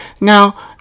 now